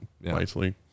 nicely